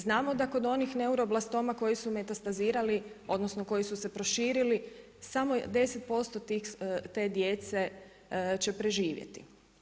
Znamo da kod onih neuroblastoma koji su metastazirali, odnosno koji su se proširili samo 10% te djece će preživjeti.